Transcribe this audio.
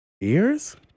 Ears